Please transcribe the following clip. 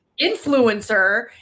influencer